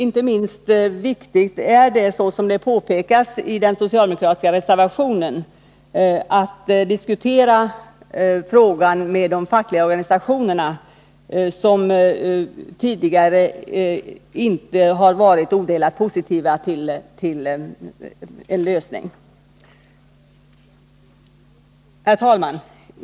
Inte minst viktigt är det — såsom påpekas i den socialdemokratiska reservationen — att diskutera frågan med de fackliga organisationerna, som tidigare inte har varit odelat positiva till en lösning. Herr talman!